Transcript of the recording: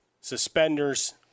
suspenders